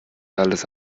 alles